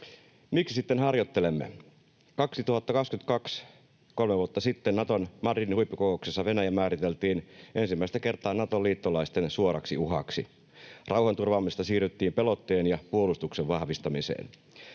Miksi sitten harjoittelemme? 2022, kolme vuotta sitten, Naton Madridin huippukokouksessa Venäjä määriteltiin ensimmäistä kertaa Nato-liittolaisten suoraksi uhaksi. Rauhanturvaamisesta siirryttiin pelotteen ja puolustuksen vahvistamiseen.